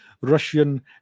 Russian